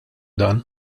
dan